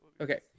okay